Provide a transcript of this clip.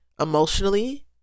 emotionally